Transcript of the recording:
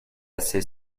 ces